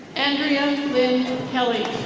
andrea kelly